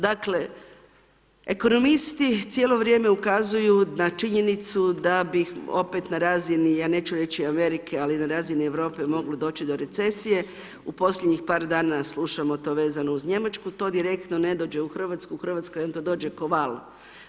Dakle, ekonomisti cijelo vrijeme ukazuju na činjenicu da bih opet na razini ja neću reći Amerike, ali na razini Europe moglo doći do recesije u posljednjih par dana slušamo to vezano uz Njemačku, to direktno ne dođe u Hrvatsku u Hrvatskoj vam to dođe ko val.